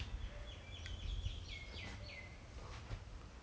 err s~ the one that we got in Ap~ in June 的